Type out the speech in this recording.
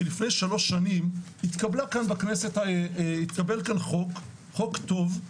כי לפני שלוש שנים התקבלה כאן בכנסת חוק טוב,